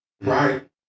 right